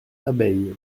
abeille